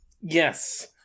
Yes